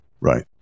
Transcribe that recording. Right